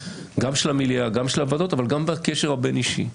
המליאה והוועדות אבל גם בקשר הבין אישי.